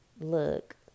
look